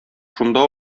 шунда